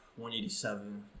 187